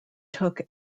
took